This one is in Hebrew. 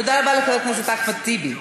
תודה רבה לחבר הכנסת אחמד טיבי.